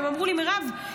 והם אמרו לי: מירב,